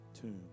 tomb